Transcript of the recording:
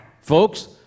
folks